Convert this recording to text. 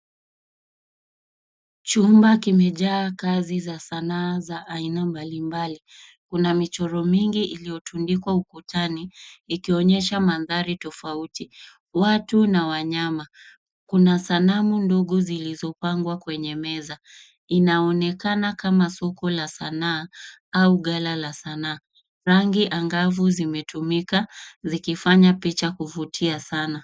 Chumba kimejaa kazi za sanaa za aina mbalimbali, kuna michoro mingi iliyotundikwa ukutani ikionyesha mandhari tofauti, watu na wanyama. Kuna sanamu ndogo ziliziangwa kwenye meza inaonekana kama soko la sanaa au ghala la sanaa. Rangi angavu zimetumika zikifanya picha kuvutia sana.